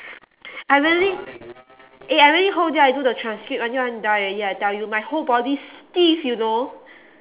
I really eh I really whole day I do the transcript until I want die already I tell you my whole body stiff you know